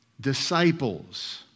Disciples